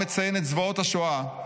שבו העולם מציין את זוועות השואה,